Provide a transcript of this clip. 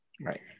right